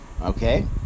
Okay